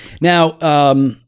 Now